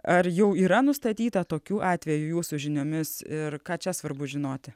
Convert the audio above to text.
ar jau yra nustatyta tokiu atveju jūsų žiniomis ir ką čia svarbu žinoti